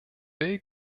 will